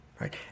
Right